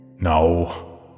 No